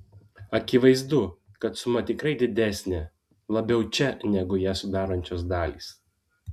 akivaizdu kad suma tikrai didesnė labiau čia negu ją sudarančios dalys